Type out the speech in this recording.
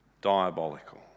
diabolical